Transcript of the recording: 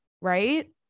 right